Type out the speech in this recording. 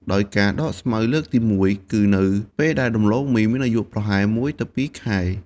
ដោយការដកស្មៅលើកទី១ គឺនៅពេលដែលដំឡូងមីមានអាយុប្រហែល ១ ទៅ ២ ខែ។